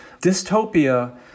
Dystopia